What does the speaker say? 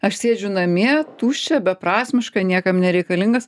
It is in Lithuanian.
aš sėdžiu namie tuščia beprasmiška niekam nereikalingas